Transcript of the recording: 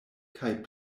kaj